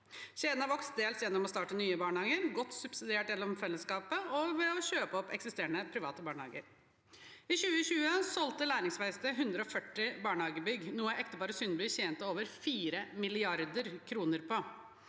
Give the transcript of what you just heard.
Kjeden har vokst dels gjennom å starte nye barnehager – godt subsidiert av fellesskapet – og ved å kjøpe opp eksisterende private barnehager. I 2020 solgte Læringsverkstedet 140 barnehagebygg, noe ekteparet Sundby tjente over 4 mrd. kr på.